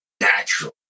natural